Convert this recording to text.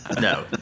No